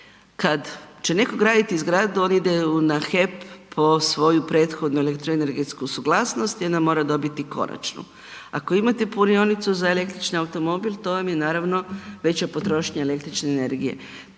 Kad će netko graditi zgradu, on ide na HEP po svoju prethodnu elektroenergetsku suglasnost i onda mora dobiti končanu. Ako imate punionicu za električni automobil, to vam je naravno veća potrošnja električne energije.